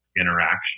interaction